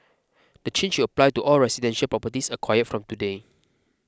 the change will apply to all residential properties acquired from today